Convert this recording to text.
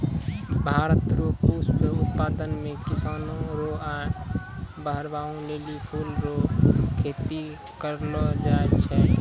भारत रो पुष्प उत्पादन मे किसानो रो आय बड़हाबै लेली फूल रो खेती करलो जाय छै